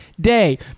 day